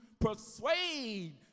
persuade